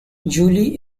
julie